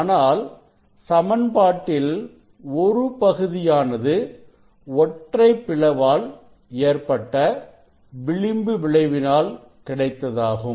ஆனால் சமன்பாட்டில் ஒரு பகுதியானது ஒற்றை பிளவால் ஏற்பட்ட விளிம்பு விளைவினால் கிடைத்ததாகும்